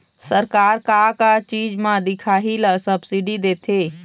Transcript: सरकार का का चीज म दिखाही ला सब्सिडी देथे?